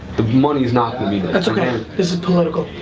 the money's not that's okay, this is political.